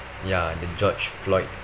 ya the george floyd